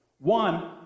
One